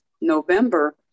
November